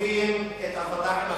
תוקפים את הפלאחים הפלסטינים,